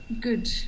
good